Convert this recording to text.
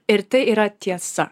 ir tai yra tiesa